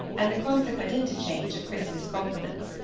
and the consequent interchange of christmas compliments.